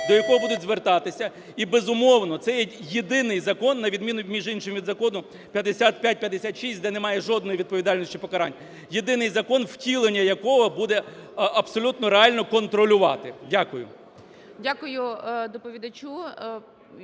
до якого будуть звертатися і, безумовно, це єдиний закон, на відміну між іншими законами, 5556, де немає жодної відповідальності чи покарань, єдиний закон, втілення якого буде абсолютно реально контролювати. Дякую.